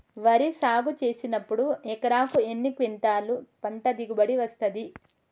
వరి సాగు చేసినప్పుడు ఎకరాకు ఎన్ని క్వింటాలు పంట దిగుబడి వస్తది?